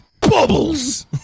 Bubbles